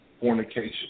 fornication